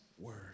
word